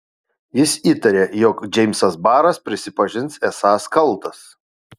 jis įtarė jog džeimsas baras prisipažins esąs kaltas